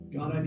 God